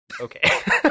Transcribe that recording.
okay